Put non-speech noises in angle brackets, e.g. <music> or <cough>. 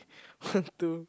<breath> one two